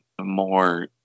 more